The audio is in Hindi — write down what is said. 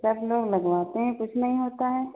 सब लोग लगवाते हैं कुछ नही होता है